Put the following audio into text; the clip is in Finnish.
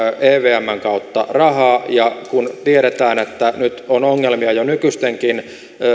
evmn kautta rahaa ja kun tiedetään että nyt on ongelmia jo nykyistenkin